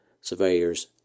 Surveyor's